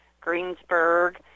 Greensburg